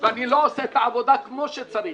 ואני לא עושה את העבודה כמו שצריך.